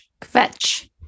kvetch